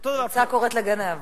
פרצה קוראת לגנב.